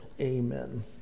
amen